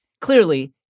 Clearly